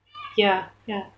ya ya